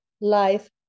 life